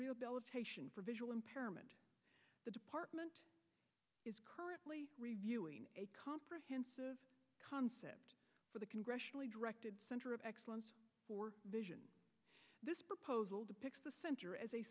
rehabilitation for visual impairment the department is currently reviewing a comprehensive concept for the congressionally directed center of excellence for vision this proposal depicts the center as a